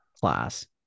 Class